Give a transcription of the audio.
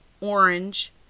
orange